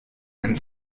and